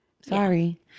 Sorry